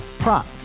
Prop